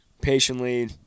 patiently